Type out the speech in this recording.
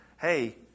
hey